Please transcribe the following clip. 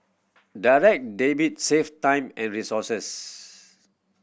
Direct Debit save time and resources